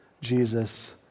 Jesus